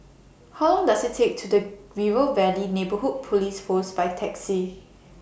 How Long Does IT Take The River Valley Neighbourhood Police Post By Taxi